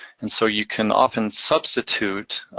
and so you can often substitute